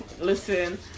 Listen